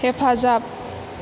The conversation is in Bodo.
हेफाजाब